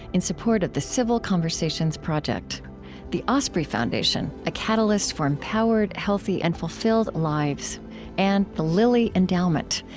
in support of the civil conversations project the osprey foundation a catalyst for empowered, healthy, and fulfilled lives and the lilly endowment,